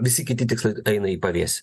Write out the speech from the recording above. visi kiti tikslai eina į pavėsį